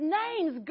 names